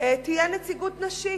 תהיה נציגות נשית,